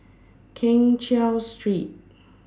Keng Cheow Street